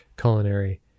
culinary